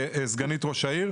סגנית ראש העיר,